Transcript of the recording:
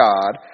God